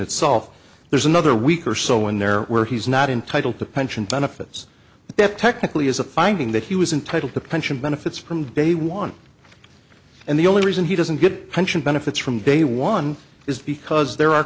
itself there's another week or so in there where he's not entitle to pension benefits that technically is a finding that he was entitled to pension benefits from day one and the only reason he doesn't get pension benefits from day one is because there are